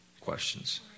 questions